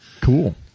Cool